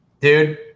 Dude